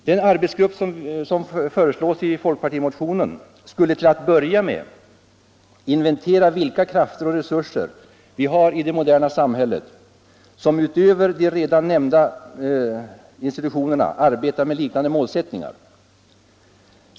Den arbetsgrupp som föreslås i folkpartimotionen skulle till att börja med inventera vilka krafter och resurser vi har i det moderna samhället, som utöver de redan nämnda institutionerna arbetar med liknande målsättningar.